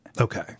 Okay